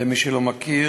למי שלא מכיר,